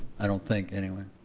i don't think anyway.